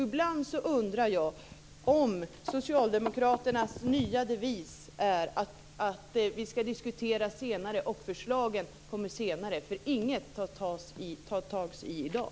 Ibland undrar jag om socialdemokraternas nya devis är att vi skall diskutera senare och att förslagen kommer senare. Inget tar man tag i i dag.